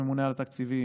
הממונה על התקציבים,